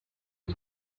que